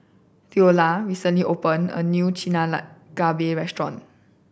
Theola recently opened a new restaurant